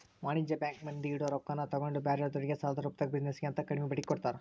ವಾಣಿಜ್ಯ ಬ್ಯಾಂಕ್ ಮಂದಿ ಇಡೊ ರೊಕ್ಕಾನ ತಗೊಂಡ್ ಬ್ಯಾರೆದೊರ್ಗೆ ಸಾಲದ ರೂಪ್ದಾಗ ಬಿಜಿನೆಸ್ ಗೆ ಅಂತ ಕಡ್ಮಿ ಬಡ್ಡಿಗೆ ಕೊಡ್ತಾರ